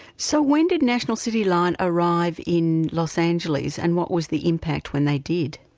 so when did national city line arrive in los angeles, and what was the impact when they did?